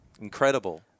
Incredible